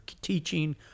teaching